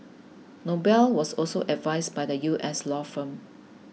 Noble was also advised by the U S law firm